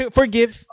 forgive